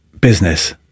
business